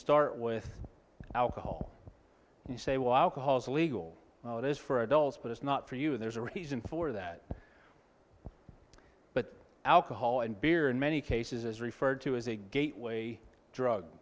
start with alcohol and say wow because illegal it is for adults but it's not for you and there's a reason for that but alcohol and beer in many cases is referred to as a gateway drug